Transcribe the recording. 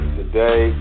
today